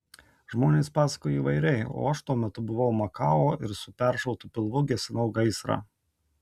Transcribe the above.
žmonės pasakojo įvairiai o aš tuo metu buvau makao ir su peršautu pilvu gesinau gaisrą